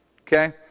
Okay